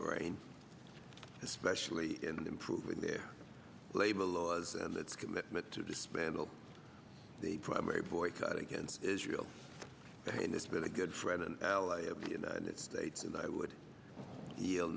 rain especially in improving their labor laws and its commitment to dismantle the primary boycott against israel again it's been a good friend and ally of the united states and i would